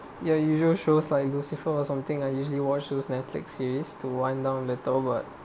you are usual shows like lucifer or something I usually watch those Netflix series to wind down layover